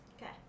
Okay